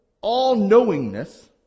all-knowingness